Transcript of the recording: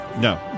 No